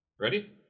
Ready